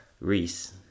Reese